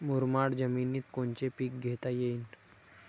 मुरमाड जमिनीत कोनचे पीकं घेता येईन?